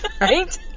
right